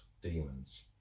demons